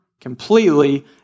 completely